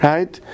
Right